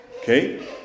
Okay